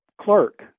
clerk